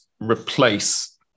replace